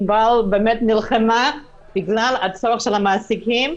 עינבל באמת נלחמה בגלל הצורך של המעסיקים,